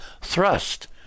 thrust